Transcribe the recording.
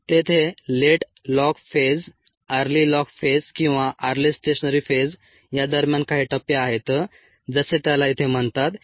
तेथे late log phase early log phase किंवा early stationary phase या दरम्यान काही टप्पे आहेत जसे त्याला इथे म्हणतात